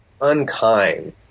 unkind